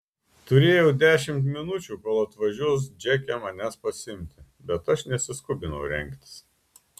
turėjau dešimt minučių kol atvažiuos džeke manęs pasiimti bet aš nesiskubinau rengtis